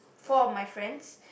four of my friends